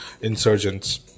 insurgents